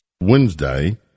Wednesday